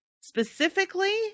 specifically